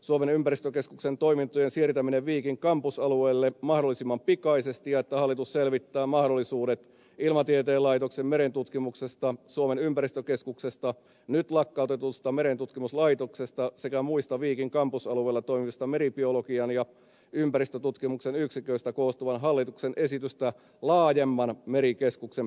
suomen ympäristökeskuksen toimintojen siirtäminen viikin kampusalueelle mahdollisimman pikaisesti ja se että hallitus selvittää mahdollisuudet ilmatieteen laitoksen merentutkimuksesta suomen ympäristökeskuksesta nyt lakkautetusta merentutkimuslaitoksesta sekä muista viikin kampusalueella toimivista meribiologian ja ympäristötutkimuksen yksiköistä koostuvan hallituksen esitystä laajemman merikeskuksen perustamiseksi viikkiin